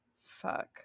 Fuck